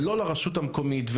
ולא לרשות המקומית,